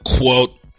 Quote